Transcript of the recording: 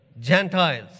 Gentiles